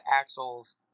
axles